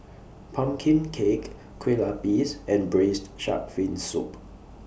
Pumpkin Cake Kue Lupis and Braised Shark Fin Soup